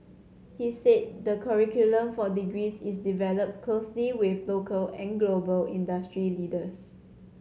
he said the curriculum for degrees is developed closely with local and global industry leaders